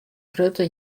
grutte